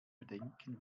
bedenken